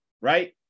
right